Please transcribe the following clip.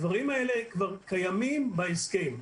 הדברים האלה כבר קיימים בהסכם.